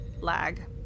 lag